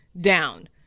down